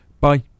bye